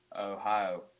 Ohio